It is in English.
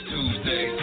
Tuesday